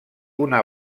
una